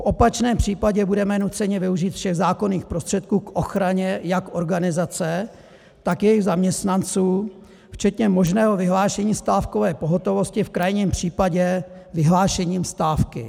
V opačném případě budeme nuceni využít všech zákonných prostředků k ochraně jak organizace, tak jejích zaměstnanců, včetně možného vyhlášení stávkové pohotovosti, v krajním případě vyhlášením stávky.